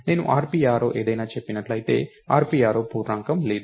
నేను rp యారో ఏదైనా చెప్పినట్లయితే rp యారో పూర్ణాంకం లేదు